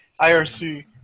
IRC